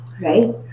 right